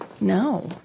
No